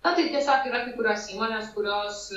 na tai tiesiog yra kai kurios įmonės kurios